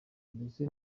mbese